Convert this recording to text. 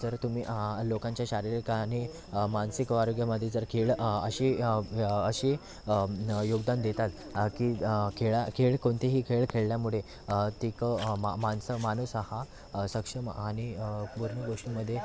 जर तुम्ही लोकांच्या शारीरिक आणि मानसिक आरोग्यामध्ये जर खेळ अशी अशी योगदान देतात की खेळा खेळ कोणतेही खेळ खेळल्यामुळे ते क म माणसं माणूस हा सक्षम आणि वर्णदोषामध्ये